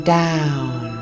down